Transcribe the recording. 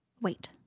wait